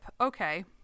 Okay